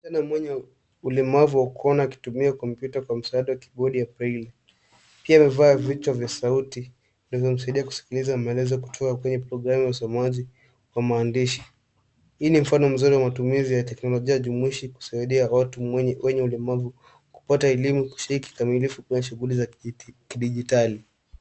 Mwenye ulemavu wa kuona anatumia kompyuta kwa msaada wa kibodi ya faili. Kwa chanzo, anaweza kusikiliza maelezo yanayotolewa kwenye programu ya msemaji wa maandishi. Hii ni mfano mzuri wa matumizi ya teknolojia kusaidia watu wenye ulemavu wa kuona kupata elimu kikamilifu kupitia shughuli za kidijitali.